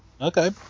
Okay